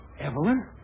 Evelyn